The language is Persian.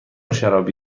شرابی